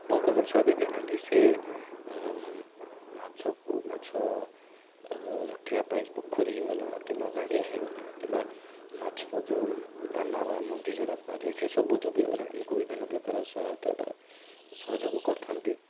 ବହୁପ୍ରକାର ସହାୟତା ଦେଇଥାନ୍ତି ସେ ମାଛ ମାଛ ରଖିବା ପାଇଁ ପୋଖରୀ ହେଇଗଲା କିମ୍ବା ଗାଡ଼ିଆ ହେଇଗଲା କିମ୍ବା ମାଛର ଯେଉଁ ଦାନା ବା ମଞ୍ଜି ଯେଉଁଗୁଡ଼ା କୁହାଯାଏ ସେସବୁ ଯୋଗେଇବାରେ ଆମକୁ ବିଭିନ୍ନ ପ୍ରକାର ସହାୟତା ବା ସହଯୋଗ କରିଥାନ୍ତି